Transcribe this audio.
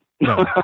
No